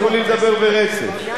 תנו לי לדבר ברצף.